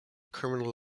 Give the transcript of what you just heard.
criminal